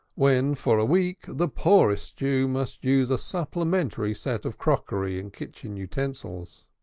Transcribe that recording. when for a week the poorest jew must use a supplementary set of crockery and kitchen utensils.